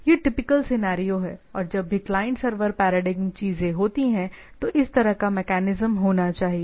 यह typical scenario है और जब भी क्लाइंट सर्वर पैराडिग्म चीजें होती हैं तो इस तरह का मेकैनिज्म होना चाहिए